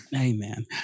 Amen